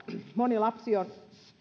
moni lapsi on